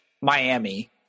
Miami